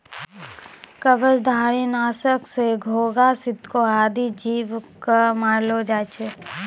कवचधारी? नासक सँ घोघा, सितको आदि जीव क मारलो जाय छै